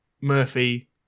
Murphy